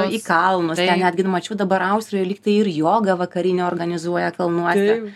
į kalnus ten netgi mačiau dabar austrijoj lygtai ir jogą vakarinę organizuoja kalnuose